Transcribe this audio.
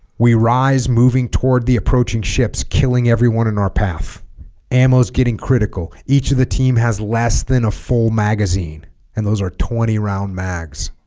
we rise moving toward the approaching ships killing everyone in our path ammo is getting critical each of the team has less than a full magazine and those are twenty round mags